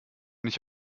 nicht